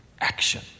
action